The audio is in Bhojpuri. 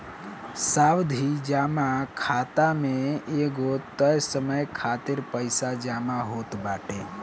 सावधि जमा खाता में एगो तय समय खातिर पईसा जमा होत बाटे